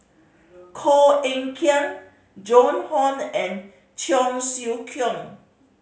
Koh Eng Kian Joan Hon and Cheong Siew Keong